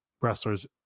wrestlers